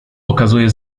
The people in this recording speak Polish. okazuje